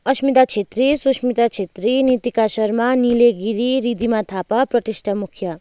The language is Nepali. अस्मिता छेत्री सुष्मिता छेत्री नीतिका शर्मा निले गिरी ऋद्धिमा थापा प्रतिष्ठा मुखिया